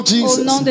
Jesus